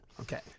Okay